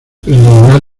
preliminar